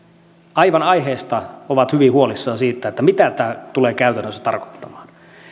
aivan aiheesta ovat hyvin huolissaan siitä mitä tämä tulee käytännössä tarkoittamaan